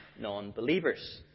non-believers